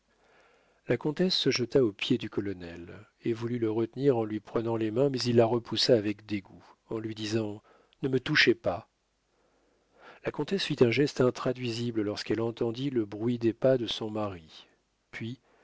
la comtesse se jeta aux pieds du colonel et voulut le retenir en lui prenant les mains mais il la repoussa avec dégoût en lui disant ne me touchez pas la comtesse fit un geste intraduisible lorsqu'elle entendit le bruit des pas de son mari puis